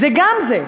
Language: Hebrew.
זה גם זה.